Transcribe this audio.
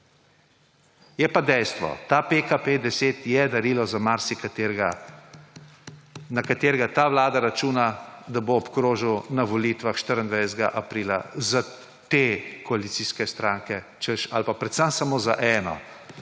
Je pa dejstvo, ta PKP-10 je darilo za marsikaterega, na katerega ta Vlada računa, da bo obkrožil na volitvah 24. aprila, za te koalicijske stranke, češ ali pa predvsem samo za eno,